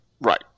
Right